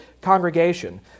congregation